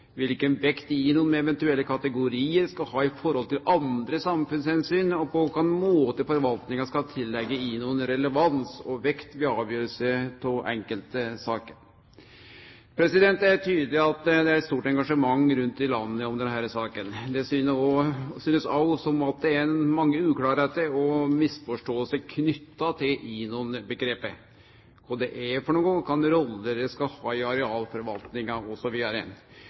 hvilken vekt INON med eventuelle kategorier skal ha i forhold til andre samfunnshensyn og på hvilken måte forvaltningen skal tillegge INON relevans og vekt ved avgjørelse av enkeltsaker». Det er tydeleg at det er eit stort engasjement rundt i landet om denne saka. Det synest òg som om det er mange uklarleikar og misforståingar knytte til INON-omgrepet – kva det er, kva rolle det skal ha i arealforvaltninga,